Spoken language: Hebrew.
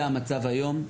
זה המצב היום.